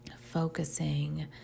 focusing